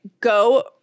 go